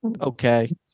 okay